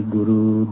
Guru